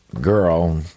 girl